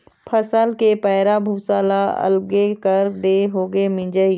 फसल के पैरा भूसा ल अलगे कर देए होगे मिंजई